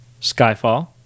Skyfall